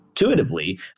intuitively